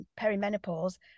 perimenopause